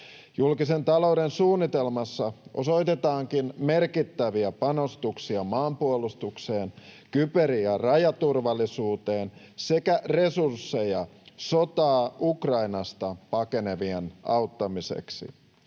Julkisen talouden suunnitelmassa osoitetaankin merkittäviä panostuksia maanpuolustukseen sekä kyber- ja rajaturvallisuuteen sekä resursseja sotaa Ukrainasta pakenevien auttamiseksi.